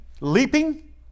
leaping